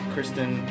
Kristen